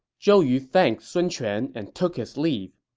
zhou yu thanked sun quan and took his leave.